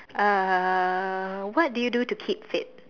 uh what do you do to keep fit